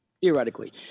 theoretically